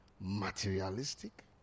materialistic